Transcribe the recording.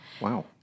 Wow